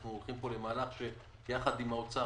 אנחנו הולכים פה למהלך שיחד עם האוצר